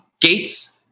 Gates